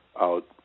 out